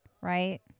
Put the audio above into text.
right